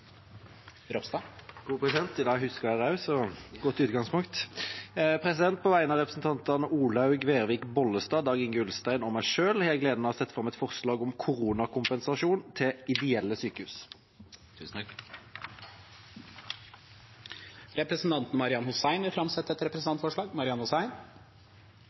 På vegne av representantene Olaug Vervik Bollestad, Dag-Inge Ulstein og meg selv har jeg gleden av å sette fram et forslag om koronakompensasjon til ideelle sykehus. Representanten Marian Hussein vil framsette et representantforslag. På vegne av representantene Audun Lysbakken, Grete Wold, Kari Elisabeth Kaski og meg selv vil jeg framsette et